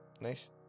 Nice